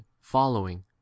following